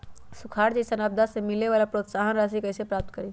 सुखार जैसन आपदा से मिले वाला प्रोत्साहन राशि कईसे प्राप्त करी?